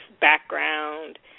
background